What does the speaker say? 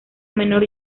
menor